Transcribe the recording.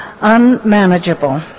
unmanageable